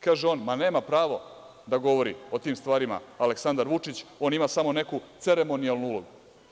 Kaže on – nema pravo da govori o tim stvarima Aleksandar Vučić, on ima samo neku ceremonijalnu ulogu.